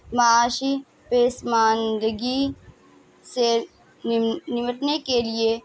معاشی پسماندگی سے نم نمٹنے کے لیے